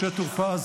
משה טור פז,